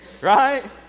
Right